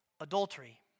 adultery